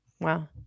wow